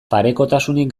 parekotasunik